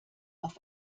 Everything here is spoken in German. auf